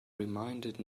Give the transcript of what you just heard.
reminded